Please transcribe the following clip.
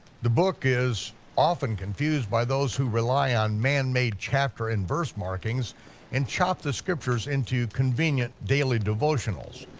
the book is often confused by those who rely on manmade chapter and verse markings and chop the scriptures into convenient, daily devotionals.